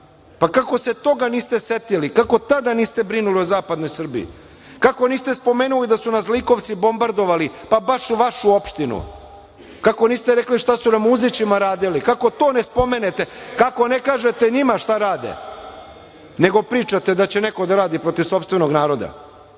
Kako se toga niste setili? Kako tada niste brinuli o zapadnoj Srbiji? Kako niste spomenuli da su nas zlikovci bombardovali, pa baš u vašu opštinu? Kako niste rekli šta su na Uzićima radili, kako to ne spomenete? Kako ne kažete njima šta rade, nego pričate da će neko da radi protiv sopstvenog naroda? Sram